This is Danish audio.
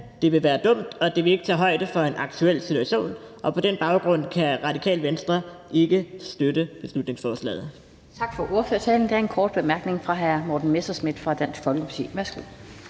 det ville være dumt, og det ville ikke tage højde for en aktuel situation. Og på den baggrund kan Radikale Venstre ikke støtte beslutningsforslaget.